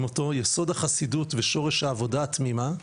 אותו: "יסוד החסידות ושורש העבודה התמימה,